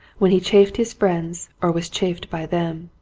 when he chaffed his friends or was chaffed by them.